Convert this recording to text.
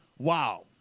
Wow